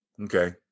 Okay